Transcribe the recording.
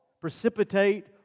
precipitate